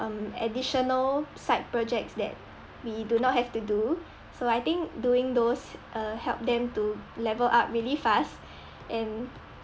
um additional side projects that we do not have to do so I think doing those uh help them to level up really fast and